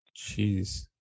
jeez